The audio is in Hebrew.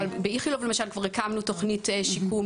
אבל ב- ׳איכילוב׳ למשל, כבר הקמנו תוכנית שיקום.